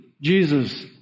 Jesus